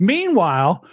Meanwhile